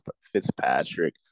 Fitzpatrick